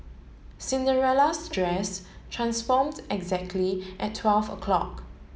Cinderella's dress transformed exactly at twelve o'clock